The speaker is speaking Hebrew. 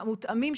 המותאמים,